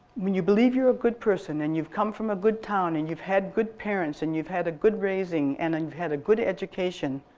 i mean you believe you're a good person and you come from a good town and you've had good parents and you've had a good raising and and you've had a good education,